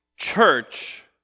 Church